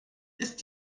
ist